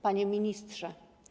Panie Ministrze!